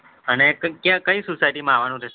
અને કયા કઈ સોસાયટીમાં આવાનું છે